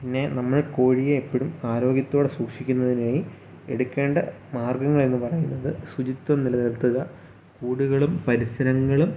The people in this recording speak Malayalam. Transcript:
പിന്നെ നമ്മൾ കോഴിയെ എപ്പോഴും ആരോഗ്യത്തോടെ സൂക്ഷിക്കുന്നതിനായി എടുക്കേണ്ട മാർഗ്ഗങ്ങളെന്ന് പറയുന്നത് ശുചിത്വം നിലനിർത്തുക കൂടുകളും പരിസരങ്ങളും